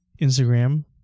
instagram